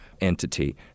Entity